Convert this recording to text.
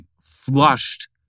flushed